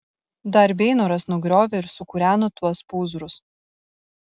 dar beinoras nugriovė ir sukūreno tuos pūzrus